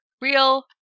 Real